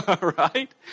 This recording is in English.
right